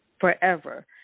forever